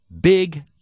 big